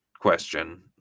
question